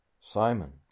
Simon